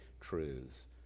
truths